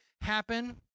happen